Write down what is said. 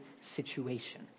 situation